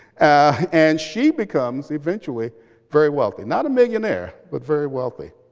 and she becomes eventually very wealthy not a millionaire, but very wealthy.